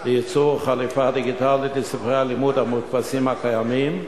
לייצור חלופה דיגיטלית לספרי הלימוד המודפסים הקיימים,